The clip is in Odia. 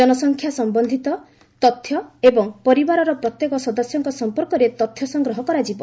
ଜନସଂଖ୍ୟା ସମ୍ଭନ୍ଧୀୟ ତଥ୍ୟ ଏବଂ ପରିବାରର ପ୍ରତ୍ୟେକ ସଦସ୍ୟଙ୍କ ସମ୍ପର୍କରେ ତଥ୍ୟ ସଂଗ୍ରହ କରାଯିବ